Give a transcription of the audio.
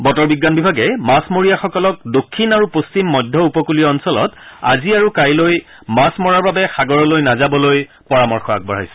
বতৰ বিজ্ঞান বিভাগে মাছ মৰীয়াসকলক দক্ষিণ আৰু পশ্চিম মধ্য উপকূলীয় অঞ্চলত আজি আৰু কাইলৈ মাছ মৰাৰ বাবে সাগৰলৈ নাযাবলৈ পৰামৰ্শ আগবঢ়াইছে